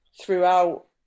throughout